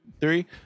three